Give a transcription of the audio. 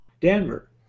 Denver